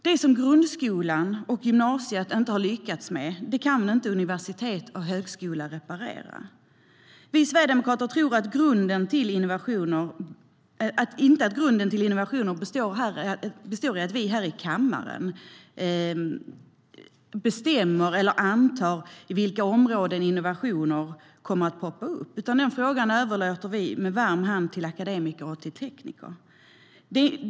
Det grundskolan och gymnasiet inte har lyckats med kan inte universitet och högskolor reparera. Vi sverigedemokrater tror inte att grunden till innovationer består i att vi här i kammaren bestämmer eller antar vilka områden innovationer kommer att poppa upp på, utan den frågan överlåter vi med varm hand till akademiker och tekniker.